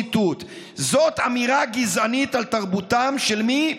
זאת אמירה גזענית על תרבותם, של מי?